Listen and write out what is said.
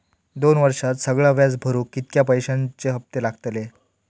दोन वर्षात सगळा व्याज भरुक कितक्या पैश्यांचे हप्ते लागतले?